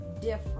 different